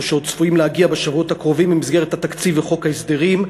ושעוד צפויים להגיע בשבועות הקרובים במסגרת התקציב וחוק ההסדרים,